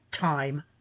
time